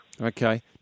Okay